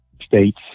states